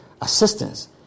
assistance